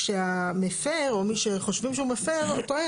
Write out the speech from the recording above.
וכשהמפר או מי שחושבים שהוא מפר טוען